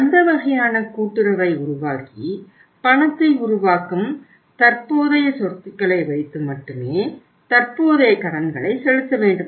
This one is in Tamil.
அந்த வகையான கூட்டுறவை உருவாக்கி பணத்தை உருவாக்கும் தற்போதைய சொத்துக்களை வைத்து மட்டுமே தற்போதைய கடன்களை செலுத்த வேண்டும்